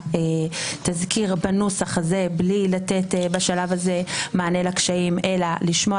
התזכיר בנוסח הזה בלי לתת בשלב הזה מענה לקשיים אלא לשמוע